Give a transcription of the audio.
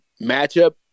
matchup